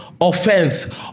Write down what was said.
Offense